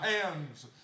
hands